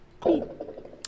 Cool